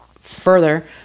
further